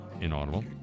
inaudible